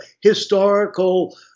historical